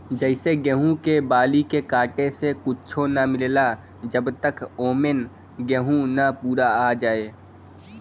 जइसे गेहूं क बाली के काटे से कुच्च्छो ना मिलला जब तक औमन गेंहू ना पूरा आ जाए